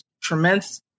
tremendous